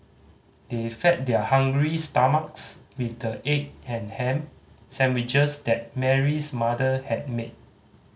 they fed their hungry stomachs with the egg and ham sandwiches that Mary's mother had made